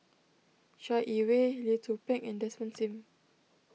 Chai Yee Wei Lee Tzu Pheng and Desmond Sim